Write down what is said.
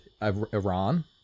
Iran